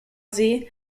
see